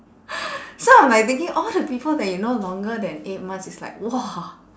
so I'm like thinking all the people that you know longer than eight months it's like !wah!